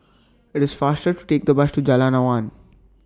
IT IS faster to Take The Bus to Jalan Awan